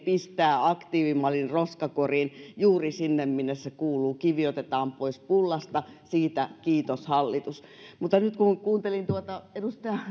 pistää aktiivimallin roskakoriin juuri sinne minne se kuuluu kivi otetaan pois pullasta siitä kiitos hallitus mutta nyt kun kun kuuntelin tuota edustaja